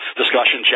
discussion